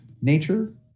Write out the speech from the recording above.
nature